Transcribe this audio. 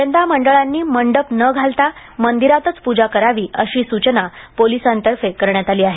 यंदा मंडळांनी मांडव न घालता मंदिरातच पूजा करावी अशी सूचना पोलिसांतर्फे करण्यात आली आहे